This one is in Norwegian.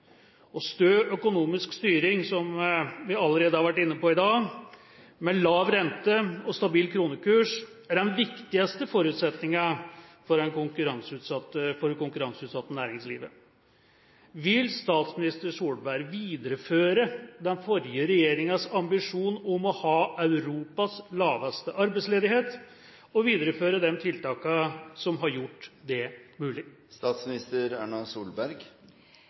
Stø økonomisk styring, som vi allerede har vært inne på i dag, med lav rente og stabil kronekurs er de viktigste forutsetningene for det konkurranseutsatte næringslivet. Vil statsminister Solberg videreføre den forrige regjeringas ambisjon om å ha Europas laveste arbeidsledighet og videreføre de tiltakene som har gjort det mulig?